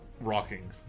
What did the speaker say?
rocking